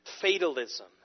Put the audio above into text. fatalism